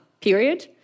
period